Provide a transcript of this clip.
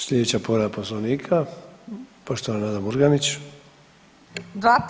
Slijedeća povreda Poslovnika poštovana Nada Murganić.